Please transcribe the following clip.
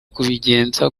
kubigenza